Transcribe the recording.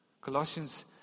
Colossians